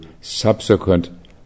subsequent